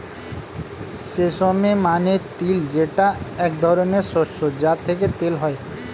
sesame মানে তিল যেটা এক ধরনের শস্য যা থেকে তেল হয়